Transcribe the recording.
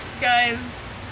guys